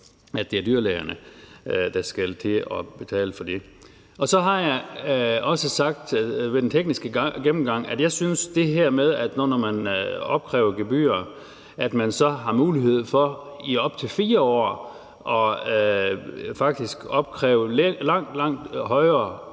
at det er dyrlægerne, der skal til at betale for det. Så har jeg ved den tekniske gennemgang også sagt, at jeg synes, at det er lige langt nok at gå, at man, når man opkræver gebyrer, så har mulighed for i op til 4 år faktisk at opkræve langt, langt højere